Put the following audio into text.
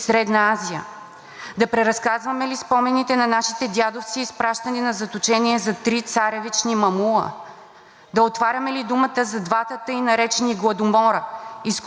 Да отваряме ли думата за двата тъй наречени гладомора – изкуствено предизвикан глад през 1932 – 1933 г., вследствие на който загиват и изчезват цели български села в Таврия,